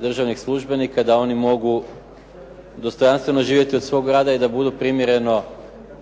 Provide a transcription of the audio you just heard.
državnih službenika da oni mogu dostojanstveno živjeti od svog rada i da budu primjereno